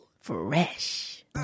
Fresh